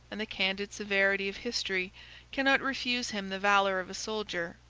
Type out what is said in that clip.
and the candid severity of history cannot refuse him the valor of a soldier,